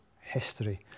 history